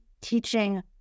teaching